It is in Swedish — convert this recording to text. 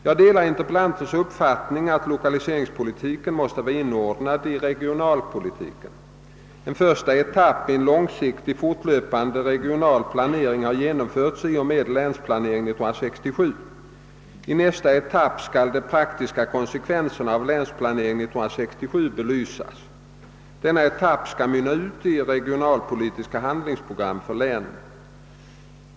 Jag delar interpellantens uppfattning att lokaliseringspolitiken måste vara inordnad i regionalpolitiken. En första etapp i en långsiktig, fortlöpande regional planering har genomförts i och med Länsplanering 1967. I nästa etapp skall de praktiska konsekvenserna av Länsplanering 1967 belysas. Denna etapp skall mynna ut i regionalpolitiska handlingsprogram för länen.